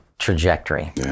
trajectory